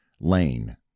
lane